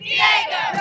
Diego